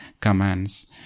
commands